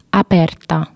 aperta